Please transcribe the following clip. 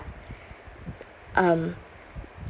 um